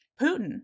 Putin